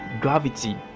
gravity